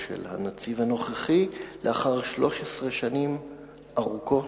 של הנציב הנוכחי לאחר 13 שנים ארוכות,